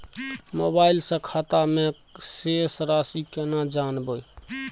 Mobile से खाता में शेस राशि केना जानबे?